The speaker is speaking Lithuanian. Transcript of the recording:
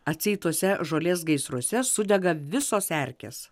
atseit tuose žolės gaisruose sudega visos erkės